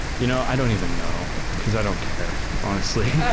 you know i don't even know, because i don't care, honestly. yeah